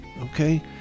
okay